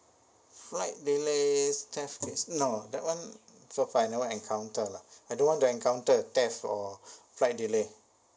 flight delays theft case no that one so far I never encounter lah I don't want to encounter theft or flight delay